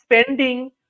spending